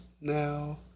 now